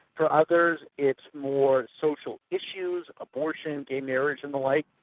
for others it's more social issues abortion, gay marriage and the like.